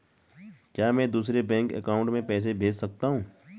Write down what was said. क्या मैं दूसरे बैंक अकाउंट में पैसे भेज सकता हूँ?